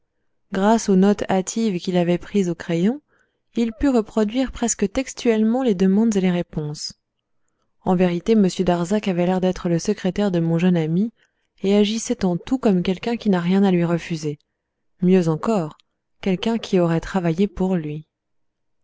grâce aux notes hâtives qu'il avait prises au crayon il put reproduire presque textuellement les demandes et les réponses en vérité m darzac avait l'air d'être le secrétaire de mon jeune ami et agissait en tout comme quelqu'un qui n'a rien à lui refuser mieux encore quelqu'un qui aurait travaillé pour lui